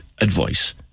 advice